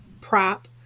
Prop